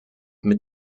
mit